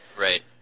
Right